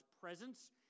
presence